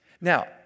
Now